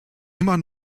immer